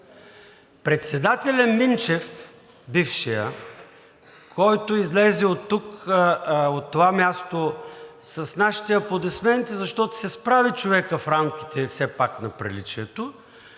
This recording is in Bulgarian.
Председателят Минчев, бившият, който излезе оттук, от това място с нашите аплодисменти, защото се справи човекът в рамките все пак на приличието,